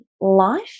life